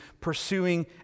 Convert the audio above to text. pursuing